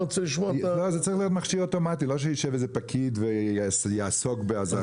זה צריך להיות מכשיר אוטומטי ולא שישב איזה פקיד ויעסוק באזהרות.